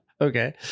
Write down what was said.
Okay